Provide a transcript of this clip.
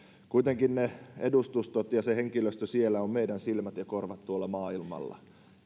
kuitenkin ne edustustot ja se henkilöstö siellä ovat meidän silmät ja korvat tuolla maailmalla